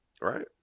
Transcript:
Right